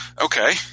Okay